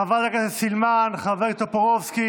חברת הכנסת סילמן, חבר הכנסת טופורובסקי